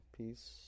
peace